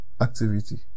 Activity